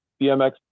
BMX